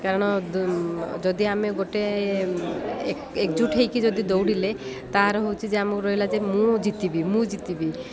କାରଣ ଯଦି ଆମେ ଗୋଟେ ଏକ୍ ଏକଜୁଟ ହେଇକି ଯଦି ଦୌଡ଼ିଲେ ତା'ର ହେଉଛି ଯେ ଆମକୁ ରହିଲା ଯେ ମୁଁ ଜିତିବି ମୁଁ ଜିତିବି